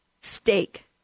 steak